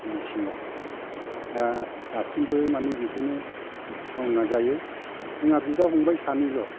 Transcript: दिनैसिमाव दा दासिमबो मानि बेखौनो मावना जायो जोंहा बिदा फंबाइ सानैल'